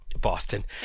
Boston